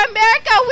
America